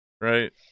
right